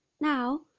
now